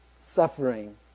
suffering